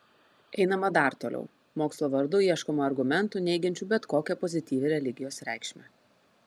einama dar toliau mokslo vardu ieškoma argumentų neigiančių bet kokią pozityvią religijos reikšmę